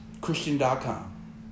Christian.com